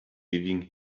leaving